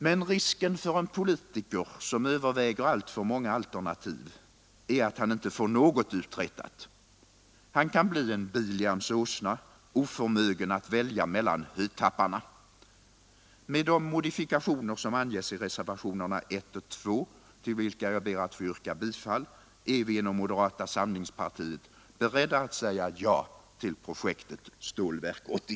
Men risken för en politiker som överväger alltför många alternativ är att han inte får något uträttat. Han kan bli som den bekanta åsnan, oförmögen att välja mellan hötapparna. Med de modifikationer, som anges i reservationerna 1 och 2, till vilka jag ber att få yrka bifall, är vi inom moderata samlingspartiet beredda att säga ja till projektet Stålverk 80.